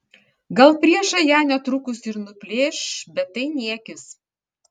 gal priešai ją netrukus ir nuplėš bet tai niekis